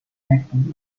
backbone